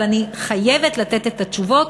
אבל אני חייבת לתת את התשובות,